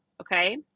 Okay